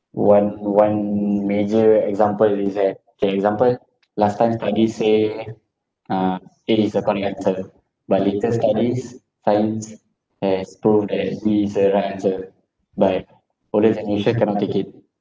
one one major example is that K example last time studies say uh a is the correct answer but latest studies finds there is proof that B is the right answer but older generation cannot take it